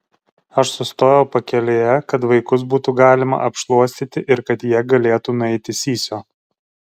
aš sustojau pakelėje kad vaikus būtų galima apšluostyti ir kad jie galėtų nueiti sysio